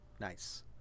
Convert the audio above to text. Nice